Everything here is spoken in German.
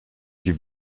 die